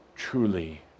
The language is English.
truly